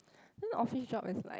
then office job is like